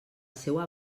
seua